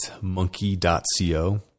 monkey.co